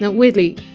weirdly,